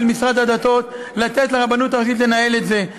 משרד הדתות ולתת לרבנות הראשית לנהל את זה.